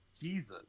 Jesus